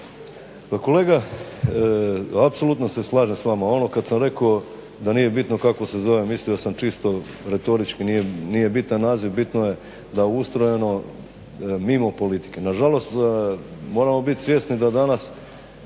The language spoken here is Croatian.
Pa kolega apsolutno se slažem s vama. Ono kada sam rekao da nije bitno kako se zove mislio sam čisto retorički nije bitan naziv da je ustrojeno mimo politike. Nažalost moramo biti svjesni da danas